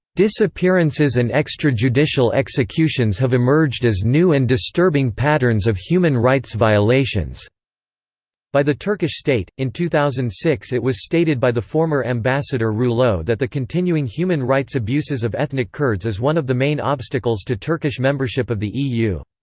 disappearances and extrajudicial executions have emerged as new and disturbing patterns of human rights violations by the turkish state in two thousand and six it was stated by the former ambassador rouleau that the continuing human rights abuses of ethnic kurds is one of the main obstacles to turkish membership of the e u.